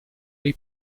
dei